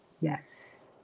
Yes